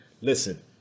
Listen